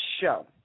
show